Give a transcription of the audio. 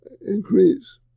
increase